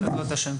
בעזרת השם.